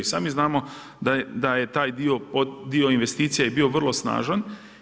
Sami znamo da je taj dio investicija bio vrlo snažan.